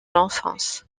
l’enfance